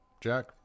Jack